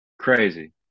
crazy